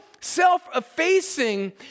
self-effacing